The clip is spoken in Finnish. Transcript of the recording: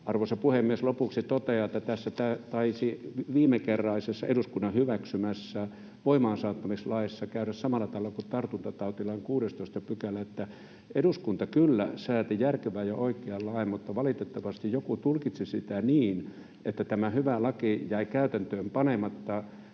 Arvoisa puhemies! Lopuksi totean, että tässä taisi viimekertaisessa eduskunnan hyväksymässä voimaansaattamislaissa käydä samalla tavalla kuin tartuntatautilain 16 §:ssä, että eduskunta kyllä sääti järkevän ja oikean lain, mutta valitettavasti joku tulkitsi sitä niin, että tämä hyvä laki jäi käytäntöön panematta